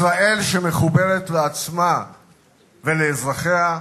ישראל שמחוברת לעצמה ולאזרחיה,